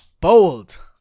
Bold